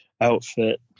outfit